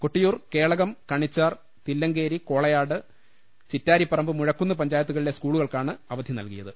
Kottiyoor Kelakam Kanichar Thillankeri Kolayad Chittariparamba Muzhakkunnu പഞ്ചായത്തുകളിലെ സ്കൂളു കൾക്കാണ് അവധി നൽകിയത്